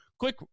Quick